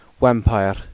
vampire